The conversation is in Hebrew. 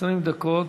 20 דקות.